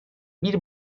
bir